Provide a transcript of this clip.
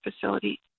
facility